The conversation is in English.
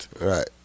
Right